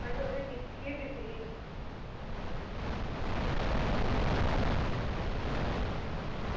में तुसेंगी दिक्खियै दित्ती ही